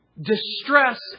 Distress